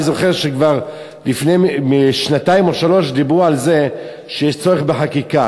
אני זוכר שכבר לפני שנתיים או שלוש שנים דיברו על זה שיש צורך בחקיקה,